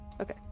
Okay